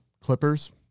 clippers